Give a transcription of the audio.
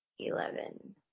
eleven